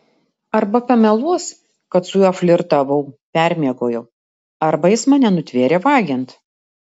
arba pameluos kad su juo flirtavau permiegojau arba jis mane nutvėrė vagiant